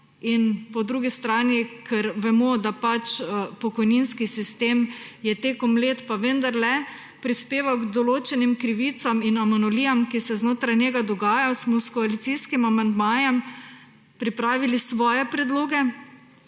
in po drugi strani, ker vemo, da pokojninski sistem je tekom let pa vendarle prispeval k določenim krivicam in anomalijam, ki se znotraj njega dogajajo, smo s koalicijskim amandmajem pripravili svoje predloge,